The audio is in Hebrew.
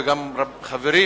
וגם חברים